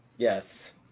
yes.